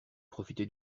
profité